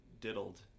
diddled